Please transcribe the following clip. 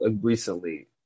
recently